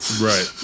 right